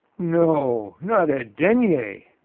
no, not a denier.